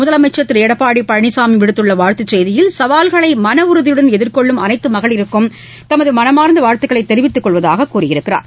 முதலமைச்சா் திருளடப்பாடிபழனிசாமிவிடுத்துள்ளவாழ்த்துச் செய்தியில் சவால்களைமனஉறுதியுடன் எதிர்கொள்ளும் அனைத்துமகளிருக்கும் தமதுமனமார்ந்தவாழ்த்தக்களைத் தெரிவித்துக் கொள்வதாகக் கூறியுள்ளார்